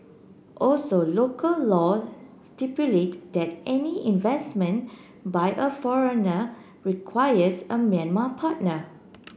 also local law stipulate that any investment by a foreigner requires a Myanmar partner